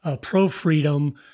pro-freedom